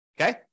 Okay